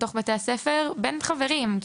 בתוך בתי הספר ובין חברים.